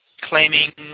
claiming